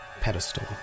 pedestal